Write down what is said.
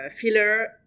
filler